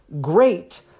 great